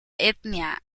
etnia